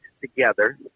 together